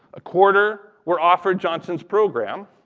a quarter were offered johnson's program.